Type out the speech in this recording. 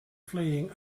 fleeing